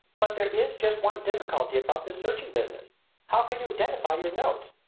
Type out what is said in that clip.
but there is just one difficulty about this searching business how can you identify your notes?